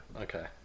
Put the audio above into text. Okay